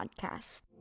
Podcast